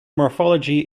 morphology